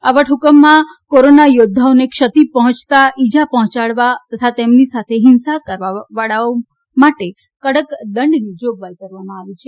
આ વટહ્કમમાં કોરોના યોધ્ધાઓને ક્ષતિ પહોયતા ઇજા પહોયાડવા તેમની સાથે હિંસા કરવાવાળા માટે કડક દંડની જોગવાઇ કરવામાં આવી છે